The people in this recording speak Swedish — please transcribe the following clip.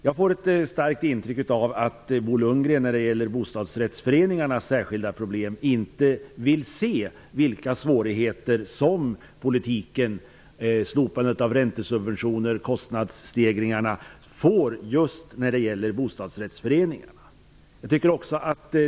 Jag får ett starkt intryck av att Bo Lundgren i fråga om bostadsrättsföreningarnas särskilda problem inte vill se vilka svårigheter som slopandet av räntesubventioner och kostnadsstegringarna medför just för bostadsrättsföreningarna.